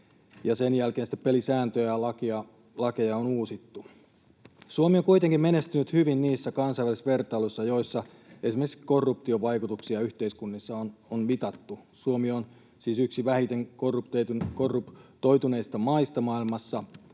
ja sen jälkeen sitten pelisääntöjä ja lakeja on uusittu. Suomi on kuitenkin menestynyt hyvin niissä kansainvälisissä vertailuissa, joissa esimerkiksi korruption vaikutuksia yhteiskunnissa on mitattu. Suomi on siis yksi vähiten korruptoituneista maista maailmassa,